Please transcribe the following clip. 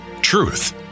Truth